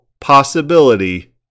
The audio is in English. possibility